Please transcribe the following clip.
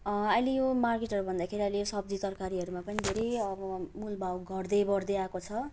अहिले यो मार्केटहरू भन्दाखेरि अहिले यो सब्जी तरकारीहरूमा धेरै अब मोलभाउ घट्दै बढ्दै आएको छ